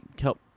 help